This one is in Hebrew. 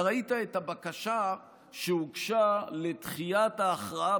אתה ראית את הבקשה שהוגשה לדחיית ההכרעה